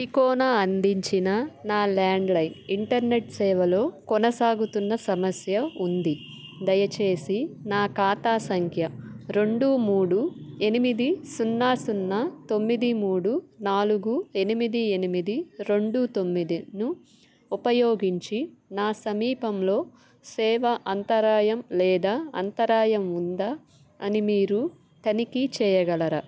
తికోనా అందించిన నా landline internet సేవలో కొనసాగుతున్న సమస్య ఉంది దయచేసి నా ఖాతా సంఖ్య రెండు మూడు ఎనిమిది సున్నా సున్నా తొమ్మిది మూడు నాలుగు ఎనిమిది ఎనిమిది రెండు తొమ్మిదిను ఉపయోగించి నా సమీపంలో సేవ అంతరాయం లేదా అంతరాయం ఉందా అని మీరు తనిఖీ చెయ్యగలరా